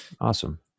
awesome